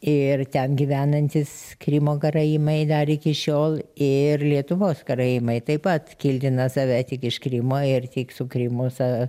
ir ten gyvenantys krymo karaimai dar iki šiol ir lietuvos karaimai taip pat kildina save tik iš krymo ir tik su krymu sa